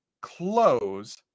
close